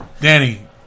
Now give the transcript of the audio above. Danny